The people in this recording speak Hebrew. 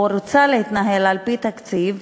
או רוצה להתנהל על-פי תקציב,